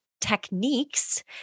techniques